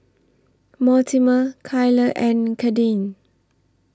Mortimer Kyler and Kadyn